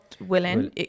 willing